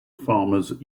farmers